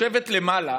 לשבת למעלה,